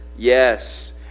Yes